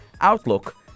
Outlook